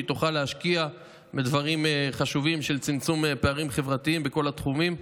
שהיא תוכל להשקיע בדברים חשובים של צמצום פערים חברתיים בכל התחומים.